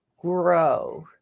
grow